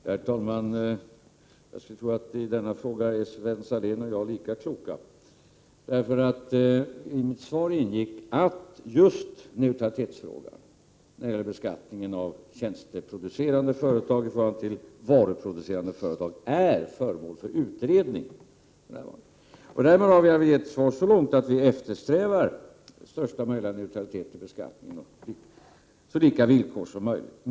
Herr talman! Jag skulle tro att Sven H Salén och jag är lika kloka i denna fråga. I mitt svar ingick att frågan om neutralitet i beskattningen av tjänsteproducerande företag i förhållande till varuproducerande för närvarande är föremål för utredning. Vad jag därför kan säga är att vi eftersträvar största möjliga neutralitet i beskattningen och så lika villkor som möjligt.